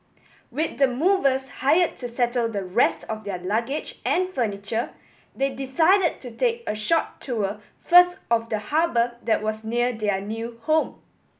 with the movers hire to settle the rest of their luggage and furniture they decided to take a short tour first of the harbour that was near their new home